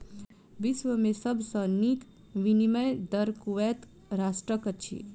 विश्व में सब सॅ नीक विनिमय दर कुवैत राष्ट्रक अछि